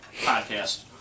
podcast